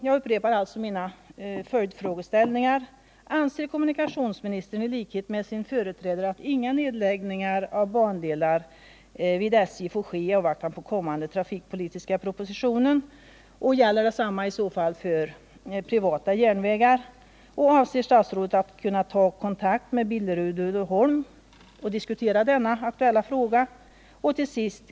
Jag upprepar mina följdfrågeställningar: Gäller i så fall detsamma för privata järnvägar? Avser statsrådet att ta kontakt med Billerud-Uddeholm och diskutera denna aktuella fråga?